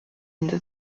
into